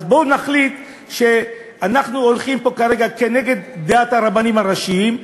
אז בואו נחליט שאנחנו הולכים פה כרגע כנגד דעת הרבנים הראשיים,